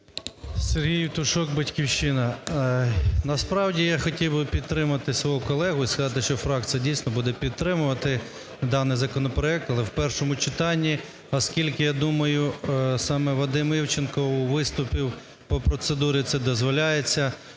Сергій Євтушок, "Батьківщина". Насправді, я хотів би під тримати свого колегу і сказати, що фракція дійсно буде підтримувати даний законопроект, але в першому читанні, оскільки, я думаю, саме Вадим Івченко у виступі (по процедурі це дозволяється)